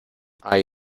hay